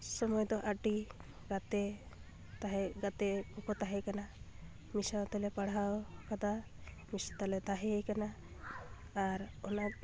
ᱥᱩᱢᱟᱹᱭ ᱫᱚ ᱟᱹᱰᱤ ᱜᱟᱛᱮ ᱛᱟᱦᱮᱸ ᱜᱟᱛᱮ ᱠᱚᱠᱚ ᱛᱟᱦᱮᱸ ᱠᱟᱱᱟ ᱢᱤᱫᱥᱟᱶ ᱛᱮᱞᱮ ᱯᱟᱲᱦᱟᱣ ᱠᱟᱫᱟ ᱢᱤᱫ ᱥᱟᱶᱛᱮᱞᱮ ᱛᱟᱦᱮᱣ ᱠᱟᱱᱟ ᱟᱨ ᱚᱱᱟ